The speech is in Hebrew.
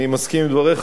אני מסכים עם דבריך,